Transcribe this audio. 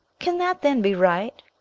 can that then be right,